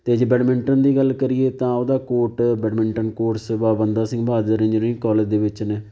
ਅਤੇ ਜੇ ਬੈਡਮਿੰਟਨ ਦੀ ਗੱਲ ਕਰੀਏ ਤਾਂ ਉਹਦਾ court badminton courts Baba Banda Singh Bahadur engineering college ਦੇ ਵਿੱਚ ਨੇ